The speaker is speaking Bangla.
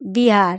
বিহার